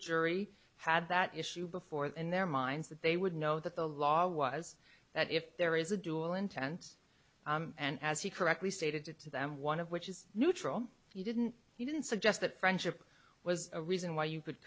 jury had that issue before the in their minds that they would know that the law was that if there is a dual intent and as he correctly stated to them one of which is neutral you didn't he didn't suggest that friendship was a reason why you could